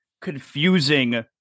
confusing